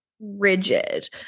rigid